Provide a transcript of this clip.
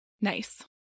Nice